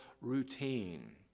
routine